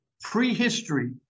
prehistory